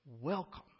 welcome